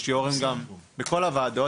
יש יושבי ראש בכל הוועדות,